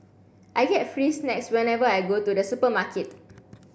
I get free snacks whenever I go to the supermarket